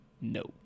No